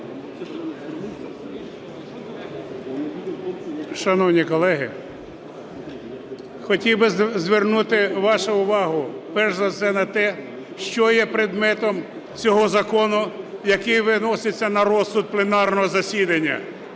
Шановні колеги, хотів би звернути вашу увагу, перш за все, на те, що є предметом цього закону, який виноситься на розсуд пленарного засідання.